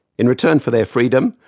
in return for their freedom,